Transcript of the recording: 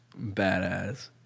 Badass